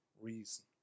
reason